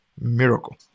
miracle